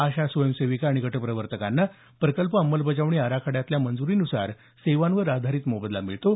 आशा स्वयंसेविका आणि गट प्रवर्तकांना प्रकल्प अंमलबजावणी आराखड्यातल्या मंजुरीनुसार सेवांवर आधारित मोबदला मिळतो